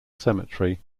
cemetery